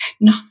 No